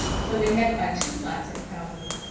so they had to buy two plots at calgary.